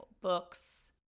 books